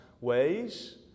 ways